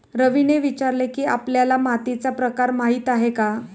रवीने विचारले की, आपल्याला मातीचा प्रकार माहीत आहे का?